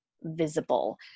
visible